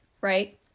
right